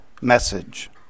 message